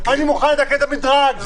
אני מוכן לתקן את המדרג,